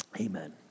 Amen